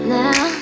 now